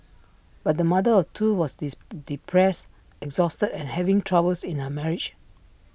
but the mother of two was diss depressed exhausted and having troubles in her marriage